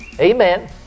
Amen